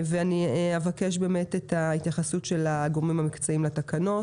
אני אבקש את התייחסות הגורמים המקצועיים לתקנות.